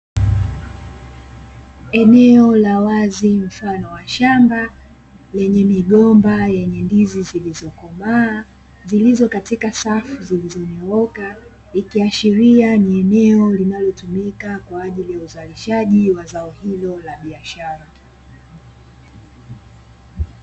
Eneo la wazi mfano wa shamba lenye migomba yenye ndizi zilizokomaa zilizokatika safu zilizonyooka, ikiashiria ni eneo linalotumika kwa ajili ya uzalishaji wa zao hilo la biashara.